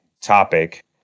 topic